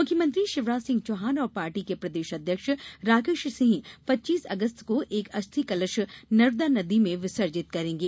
मुख्यमंत्री शिवराज सिंह चौहान और पार्टी के प्रदेश अध्यक्ष राकेश सिंह पच्चीस अगस्त को एक अस्थि कलश नर्मदा नदी में विसर्जित करेंगे